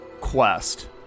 quest